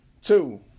Two